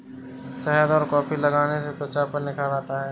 शहद और कॉफी लगाने से त्वचा पर निखार आता है